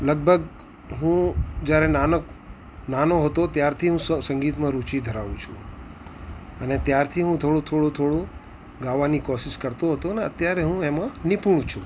લગભગ હું જ્યારે નાનક નાનો હતો ત્યારથી હું સંગીતમાં રુચિ ધરાવું છુ અને ત્યારથી હું થોડું થોડું થોડું ગાવાની કોશિશ કરતો હતો અને અત્યારે હું એમાં નિપુણ છું